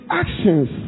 actions